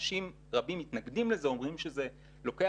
אנשים רבים מתנגדים לזה ואומרים שזה לוקח